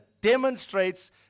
demonstrates